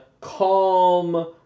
calm